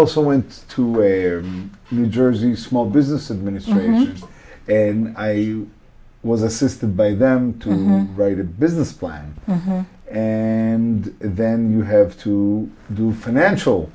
also went to new jersey small business administration and i was assisted by them to write a business plan and then you have to do financial